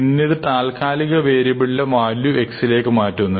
പിന്നീട് താൽക്കാലിക വേരിയബിളിലെ വാല്യൂ x ലേക്ക് മാറ്റുന്നു